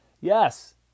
Yes